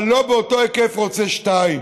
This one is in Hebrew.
אבל לא באותו היקף רוצה שתיים.